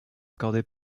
accordé